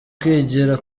kwigira